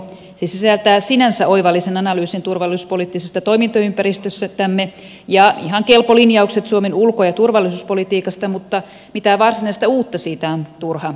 se sisältää sinänsä oivallisen analyysin turvallisuuspoliittisesta toimintaympäristöstämme ja ihan kelpo linjaukset suomen ulko ja turvallisuuspolitiikasta mutta mitään varsinaista uutta siitä on turha etsiä